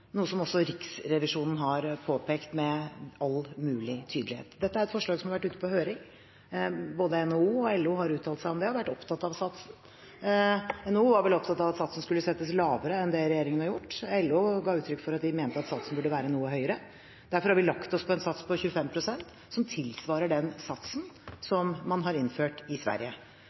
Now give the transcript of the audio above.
noe som også Riksrevisjonen har påpekt med all mulig tydelighet. Dette er et forslag som har vært ute på høring. Både NHO og LO har uttalt seg om det og har vært opptatt av satsen. NHO var vel opptatt av at satsen skulle settes lavere enn det regjeringen har gjort. LO ga uttrykk for at de mente at satsen burde være noe høyere. Derfor har vi lagt oss på en sats på 25 pst., som tilsvarer den satsen som man har innført i Sverige.